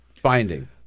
finding